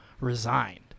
resigned